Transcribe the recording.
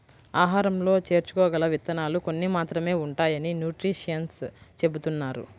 ఆహారంలో చేర్చుకోగల విత్తనాలు కొన్ని మాత్రమే ఉంటాయని న్యూట్రిషన్స్ చెబుతున్నారు